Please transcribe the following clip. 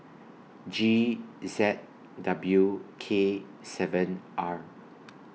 G Z W K seven R